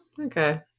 okay